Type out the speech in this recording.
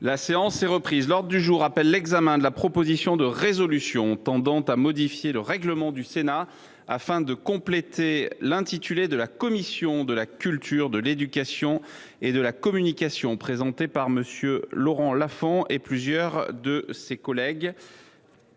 de l’éducation et de la communication, l’examen de la proposition de résolution tendant à modifier le règlement du Sénat afin de compléter l’intitulé de la commission de la culture, de l’éducation et de la communication, présentée par M. Laurent Lafon et plusieurs de ses collègues